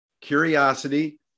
curiosity